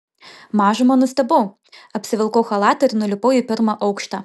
mažumą nustebau apsivilkau chalatą ir nulipau į pirmą aukštą